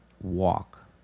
walk